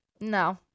no